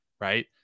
right